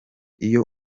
iyo